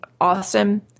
awesome